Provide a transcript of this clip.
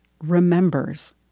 remembers